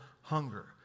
hunger